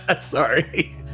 Sorry